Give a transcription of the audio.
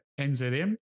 NZM